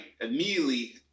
immediately